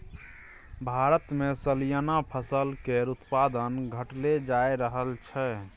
भारतमे सलियाना फसल केर उत्पादन घटले जा रहल छै